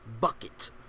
Bucket